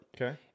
Okay